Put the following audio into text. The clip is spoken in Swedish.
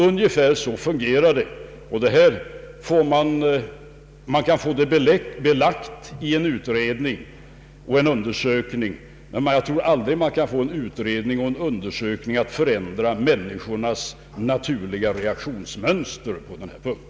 Ungefär så fungerar det, och detta kan man få belagt i en utredning och en undersökning. Men jag tror aldrig att man kan få en utredning eller en undersökning att förändra människornas naturliga reaktionsmönster på denna punkt.